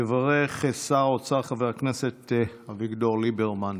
יברך שר האוצר חבר הכנסת אביגדור ליברמן.